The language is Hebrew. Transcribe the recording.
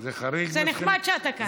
זה נחמד שאתה כאן.